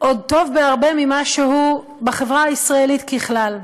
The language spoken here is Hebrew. עוד טוב בהרבה ממה שהוא בחברה הישראלית ככלל.